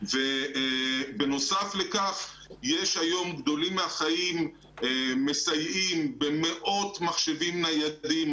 בנוסף לכך היום 'גדולים מהחיים' מסייעים במאות מחשבים ניידים.